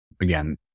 again